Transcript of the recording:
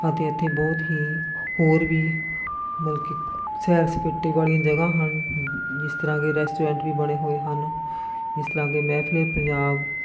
ਅਤੇ ਇੱਥੇ ਬਹੁਤ ਹੀ ਹੋਰ ਵੀ ਬਲਕਿ ਸੈਰ ਸਪਾਟੇ ਵਾਲੀਆਂ ਜਗ੍ਹਾ ਹਨ ਜਿਸ ਤਰ੍ਹਾਂ ਕਿ ਰੈਸਟੋਰੈਂਟ ਵੀ ਬਣੇ ਹੋਏ ਹਨ ਜਿਸ ਤਰ੍ਹਾਂ ਕਿ ਮਹਿਫਲੇ ਪੰਜਾਬ